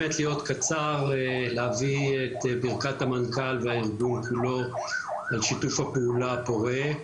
רוצה להביא את ברכת המנכ"ל והארגון כולו על שיתוף הפעולה הפורה.